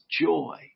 joy